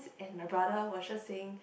and my brother was just saying